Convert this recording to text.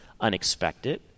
unexpected